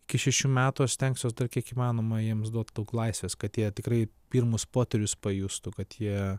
iki šešių metų aš stengsiuos dar kiek įmanoma jiems duot daug laisvės kad jie tikrai pirmus potyrius pajustų kad jie